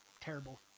terrible